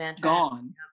gone